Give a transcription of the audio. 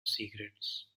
secrets